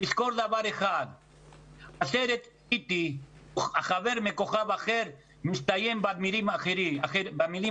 לזכור דבר אחד הסרט: אי-טי חבר מכוכב אחר מסתיים במילים האלה: